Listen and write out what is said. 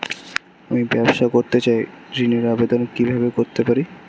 আমি ব্যবসা করতে চাই ঋণের আবেদন কিভাবে করতে পারি?